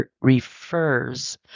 refers